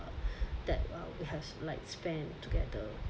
that uh we have like spend together